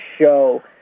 show